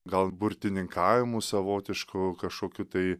gal burtininkavimu savotišku kašokiu tai